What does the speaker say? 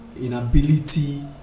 Inability